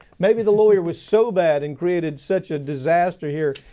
maybe the lawyer was so bad and created such a disaster here.